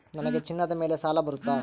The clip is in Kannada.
ನನಗೆ ಚಿನ್ನದ ಮೇಲೆ ಸಾಲ ಬರುತ್ತಾ?